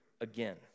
again